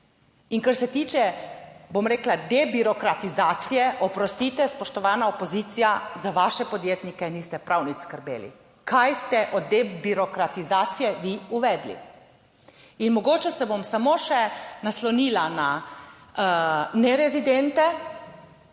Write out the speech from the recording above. bom rekla, debirokratizacije, oprostite, spoštovana opozicija, za vaše podjetnike niste prav nič skrbeli. Kaj ste od debirokratizacije vi uvedli? In mogoče se bom samo še naslonila na nerezidente;